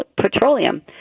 Petroleum